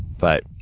but,